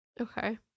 Okay